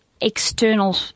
external